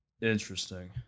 Interesting